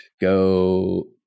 Go